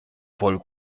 voll